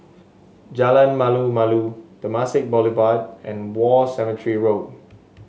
Jalan Malu Malu Temasek Boulevard and War Cemetery Road